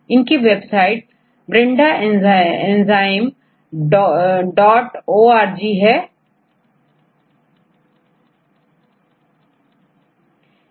इनकीwebsite Brenda enzymedotorg है